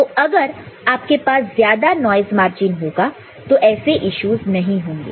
तो अगर आपके पास ज्यादा नॉइस मार्जिन होगा तो ऐसे इश्यूज नहीं होंगे